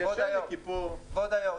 כבוד היושב-ראש,